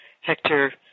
Hector